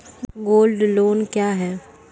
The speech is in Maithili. गोल्ड लोन लोन क्या हैं?